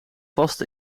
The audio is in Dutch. vast